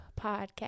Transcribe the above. podcast